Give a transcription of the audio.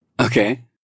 Okay